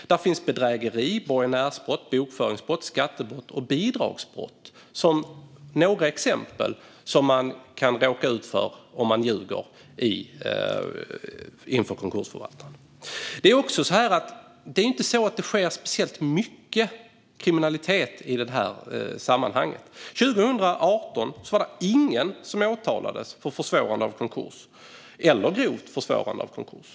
Det finns bedrägeri, borgenärsbrott, bokföringsbrott, skattebrott och bidragsbrott som några exempel på vad man kan råka ut för om man ljuger inför konkursförvaltaren. Det sker inte heller speciellt mycket kriminalitet i detta sammanhang. År 2018 var det ingen som åtalades för försvårande av konkurs eller grovt försvårande av konkurs.